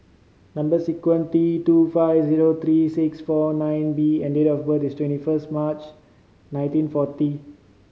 number sequence T two five zero three six four nine B and date of birth is twenty first March nineteen forty